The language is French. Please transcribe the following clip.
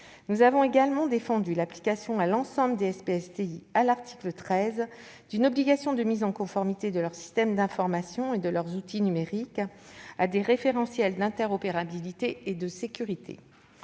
Nous avons également défendu l'application à l'ensemble des SPSTI, à l'article 13, d'une obligation de mise en conformité de leurs systèmes d'information et de leurs outils numériques à des référentiels d'interopérabilité et de sécurité.